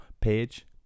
page